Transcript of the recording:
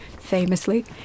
famously